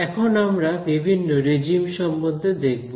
এখন আমরা বিভিন্ন রেজিম সম্বন্ধে দেখব